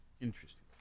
interesting